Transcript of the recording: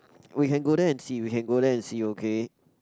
we can go there and see we can go there and see okay